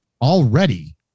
Already